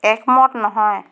একমত নহয়